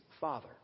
father